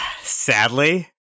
Sadly